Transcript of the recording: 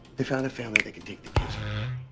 they found a family that can take the kids for me.